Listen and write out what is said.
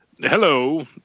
Hello